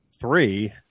three